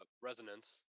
Resonance